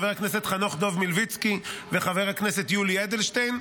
חבר הכנסת חנוך דב מלביצקי וחבר הכנסת יולי אדלשטיין,